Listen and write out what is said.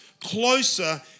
closer